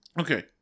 Okay